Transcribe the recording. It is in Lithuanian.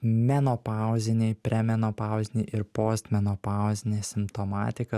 menopauziniai premenopauziniai ir postmenopauziai simptomatika